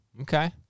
Okay